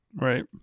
right